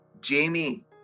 Jamie